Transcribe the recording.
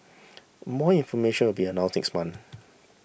more information will be announced next month